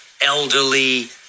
elderly